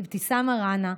אבתיסאם מראענה,